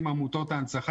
לסיום,